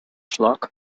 flock